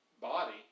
body